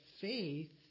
faith